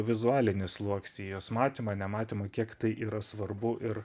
vizualinį sluoksnį jos matymą nematymą kiek tai yra svarbu ir